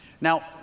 Now